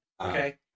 okay